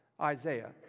Isaiah